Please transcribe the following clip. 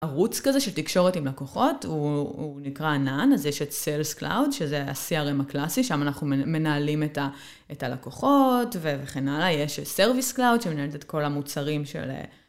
ערוץ כזה של תקשורת עם לקוחות, הוא נקרא ענן, אז יש את Sales Cloud שזה CRM הקלאסי, שם אנחנו מנהלים את הלקוחות וכן הלאה, יש את Service Cloud שמנהלת את כל המוצרים של